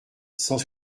cent